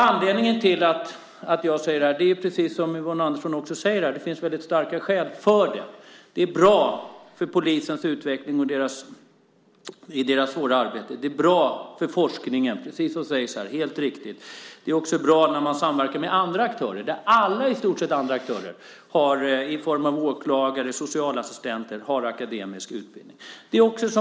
Anledningen till att jag säger detta är, precis som Yvonne Andersson också säger, att det finns väldigt starka skäl för det. Det är bra för polisens utveckling i deras svåra arbete. Det är bra för forskningen, precis som sägs här. Det är helt riktigt. Det är också bra när man samverkar med andra aktörer. I stort sett alla andra aktörer i form av åklagare och socialassistenter har akademisk utbildning.